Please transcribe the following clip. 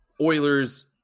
Oilers' –